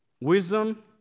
wisdom